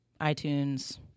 iTunes